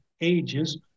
ages